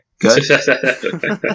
good